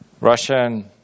Russian